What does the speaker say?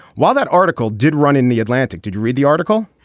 while that article did run in the atlantic did you read the article.